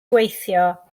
gweithio